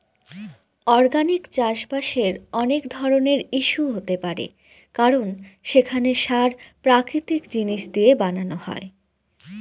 organic চাষবাসের অনেক ধরনের ইস্যু হতে পারে কারণ সেখানে সার প্রাকৃতিক জিনিস দিয়ে বানানো হয়